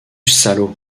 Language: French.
salaud